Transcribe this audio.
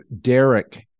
Derek